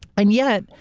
and yet,